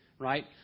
right